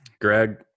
Greg